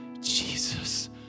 Jesus